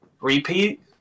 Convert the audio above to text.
repeat